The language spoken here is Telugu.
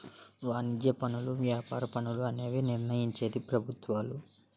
వాణిజ్య పనులు వ్యాపార పన్నులు అనేవి నిర్ణయించేది ప్రభుత్వాలు